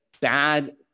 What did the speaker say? bad